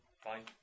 fine